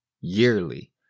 yearly